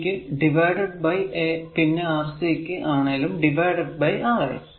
ഈ Ra ക്കു a പിന്നെ Rb ഡിവൈഡഡ് ബൈ a പിന്നെ Rc ക്കു ആണേൽ ഡിവൈഡഡ് ബൈ R a